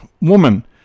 woman